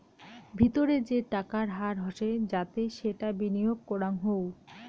ভিতরে যে টাকার হার হসে যাতে সেটা বিনিয়গ করাঙ হউ